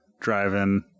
driving